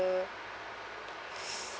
the